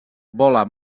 vola